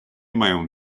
mają